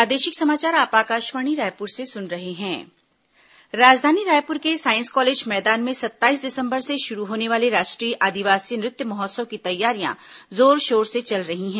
आदिवासी नृत्य महोत्सव राजधानी रायपुर के साईंस कॉलेज मैदान में सत्ताईस दिसंबर से शुरू होने वाले राष्ट्रीय आदिवासी नृत्य महोत्सव की तैयारियां जोर शोर से चल रही हैं